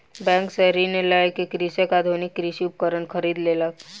bank सॅ ऋण लय के कृषक आधुनिक कृषि उपकरण खरीद लेलक